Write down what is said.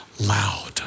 loud